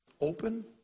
open